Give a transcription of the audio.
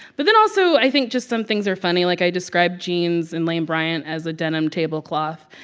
but then also, i think just some things are funny. like, i describe jeans in lane bryant as a denim tablecloth